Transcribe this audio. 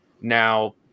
now